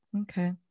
okay